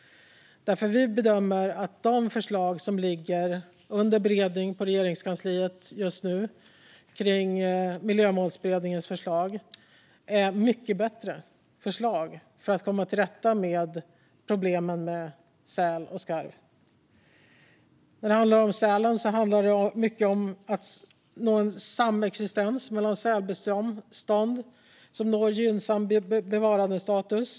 Vi bedömer att de förslag som ligger under beredning på Regeringskansliet just nu kring Miljömålsberedningens förslag är mycket bättre för att komma till rätta med problemen med säl och skarv. Vad gäller sälen handlar det mycket om att nå en samexistens mellan sälbestånd som når gynnsam bevarandestatus.